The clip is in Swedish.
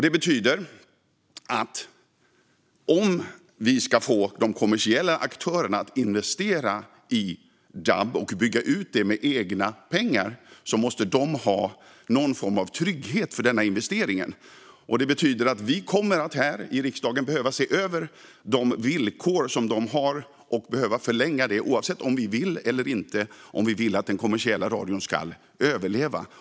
Det betyder att om vi ska få de kommersiella aktörerna att investera i dab och bygga ut det med egna pengar måste de ha någon form av trygghet för denna investering. Det betyder att vi här i riksdagen kommer att behöva se över de villkor som de har, och vi kommer att behöva förlänga tillstånden oavsett om vi vill eller inte - om vi vill att den kommersiella radion ska överleva.